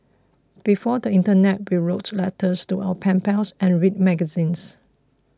before the internet we wrote letters to our pen pals and read magazines